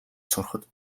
сурахад